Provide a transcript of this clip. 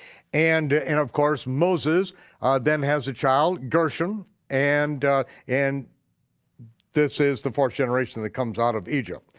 and and of course, moses then has a child, gershom, and and this is the fourth generation that comes out of egypt.